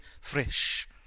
fresh